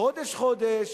חודש-חודש,